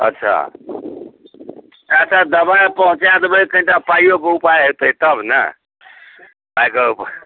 अच्छा कए टा दबाइ पहुँचाए देबै कनिटा पाइयो के उपाय होयतै तब ने पाइके उपाय